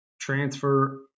transfer